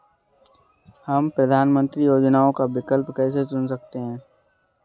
हम प्रधानमंत्री योजनाओं का विकल्प कैसे चुन सकते हैं?